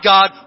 God